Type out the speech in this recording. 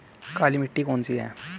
काली मिट्टी कौन सी है?